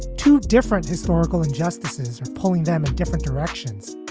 two different historical injustices are pulling them in different directions.